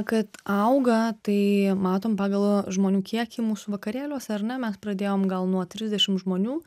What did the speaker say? kad auga tai matom pagal žmonių kiekį mūsų vakarėliuose ar ne mes pradėjom gal nuo trisdešim žmonių